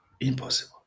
impossible